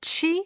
Chi